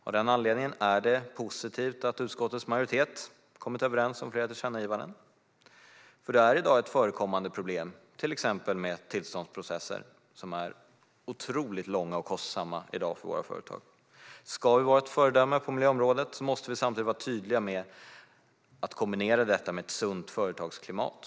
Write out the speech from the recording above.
Av den anledningen är det positivt att utskottets majoritet kommit överens om flera tillkännagivanden, för det är ett i dag förekommande problem att till exempel tillståndsprocesser är otroligt långa och kostsamma för våra företag. Ska vi vara ett föredöme på miljöområdet måste vi vara tydliga med att kombinera detta med ett sunt företagsklimat.